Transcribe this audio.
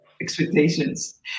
Expectations